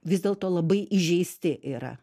vis dėlto labai įžeisti yra